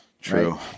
True